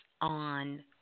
on